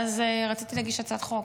ואז רציתי להגיש הצעת חוק.